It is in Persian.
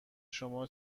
شما